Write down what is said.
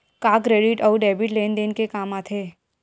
का क्रेडिट अउ डेबिट लेन देन के काम आथे?